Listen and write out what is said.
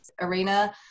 arena